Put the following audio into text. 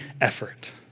effort